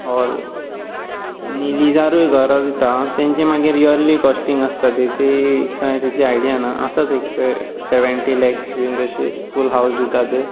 hall आनी लिझारूय घरां दिता तांचे मागीर इयर्ली कॉस्टिंग आसता थंय तें कांय तितली आयडिया ना आसात एक वेळ सेव्हन्टी लेक्स बीन तशे फूल हावस दिता ते